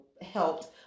helped